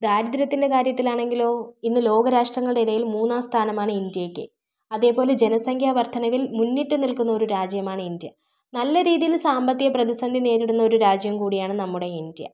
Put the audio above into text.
ദാരിദ്ര്യത്തിൻ്റെ കാര്യത്തിലാണെങ്കിലോ ഇന്ന് ലോകരാഷ്ട്രങ്ങൾ ഇടയിൽ മൂന്നാം സ്ഥാനമാണ് ഇന്ത്യയ്ക്ക് അതേപോലെ ജനസംഖ്യ വർദ്ധനവിൽ മുന്നിട്ടു നിൽക്കുന്ന ഒരു രാജ്യമാണ് ഇന്ത്യ നല്ല രീതിയിൽ സാമ്പത്തിക പ്രതിസന്ധി നേരിടുന്ന ഒരു രാജ്യം കൂടിയാണ് നമ്മുടെ ഇന്ത്യ